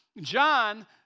John